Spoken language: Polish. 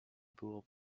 było